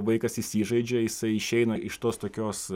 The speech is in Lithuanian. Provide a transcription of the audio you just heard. vaikas įsižaidžia jisai išeina iš tos tokios